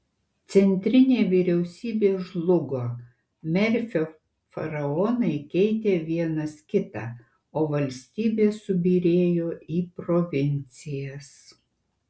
centrinė vyriausybė žlugo merfio faraonai keitė vienas kitą o valstybė subyrėjo į provincijas